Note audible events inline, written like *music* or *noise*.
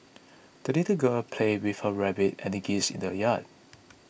*noise* the little girl played with her rabbit and geese in the yard